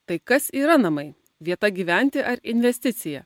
tai kas yra namai vieta gyventi ar investicija